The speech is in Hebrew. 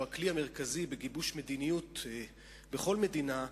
שהוא הכלי המרכזי בגיבוש מדיניות בכל מדינה,